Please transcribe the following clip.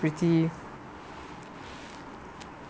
pretty